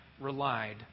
relied